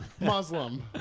Muslim